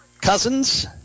Cousins